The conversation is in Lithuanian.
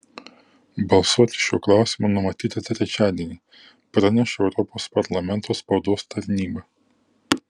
balsuoti šiuo klausimu numatyta trečiadienį praneša europos parlamento spaudos tarnyba